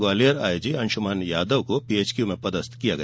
Gwalior IG Anshuman Yadav को PHQ में पदस्थ किया गया